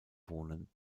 wohnen